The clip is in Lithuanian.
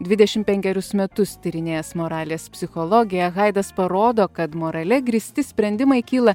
dvidešim penkerius metus tyrinėjęs moralės psichologiją haidas parodo kad morale grįsti sprendimai kyla